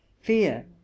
Fear